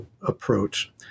approach